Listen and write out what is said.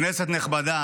כנסת נכבדה,